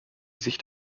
sicht